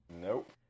Nope